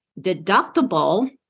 deductible